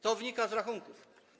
To wynika z rachunków.